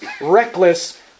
reckless